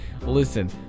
Listen